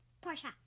Portia